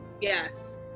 Yes